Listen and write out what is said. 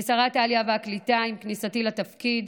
כשרת העלייה והקליטה, עם כניסתי לתפקיד,